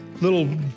little